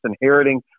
inheriting